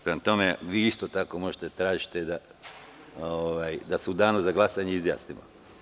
Prema tome, vi isto tako možete da tražite se u danu za glasanje izjasnimo.